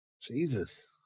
Jesus